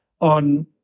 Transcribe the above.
on